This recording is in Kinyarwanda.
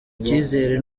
icyizere